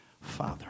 Father